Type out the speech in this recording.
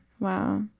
Wow